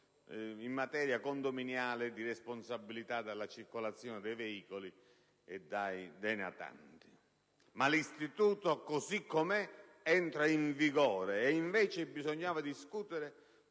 in materia condominiale e di responsabilità della circolazione dei veicoli e dei natanti. Ma l'istituto, così com'è, entra in vigore, e invece bisognava discutere